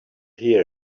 hear